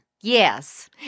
Yes